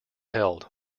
held